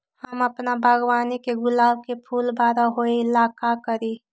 हम अपना बागवानी के गुलाब के फूल बारा होय ला का करी?